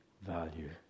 value